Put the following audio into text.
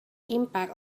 impact